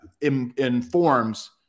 informs